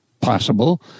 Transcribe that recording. possible